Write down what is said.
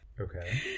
Okay